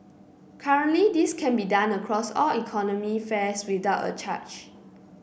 currently this can be done across all economy fares without a charge